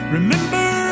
Remember